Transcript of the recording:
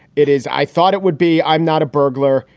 it is. i thought it would be. i'm not a burglar.